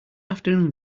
afternoon